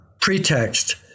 pretext